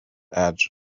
edge